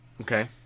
Okay